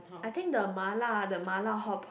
I think the Mala the Mala Hotpot